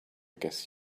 guess